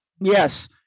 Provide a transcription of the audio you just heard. Yes